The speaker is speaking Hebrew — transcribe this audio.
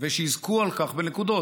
ושיזכו על כך בנקודות,